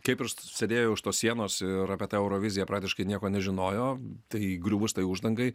kaip ir sėdėjo už tos sienos ir apie tą euroviziją praktiškai nieko nežinojo tai griuvus tai uždangai